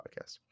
podcast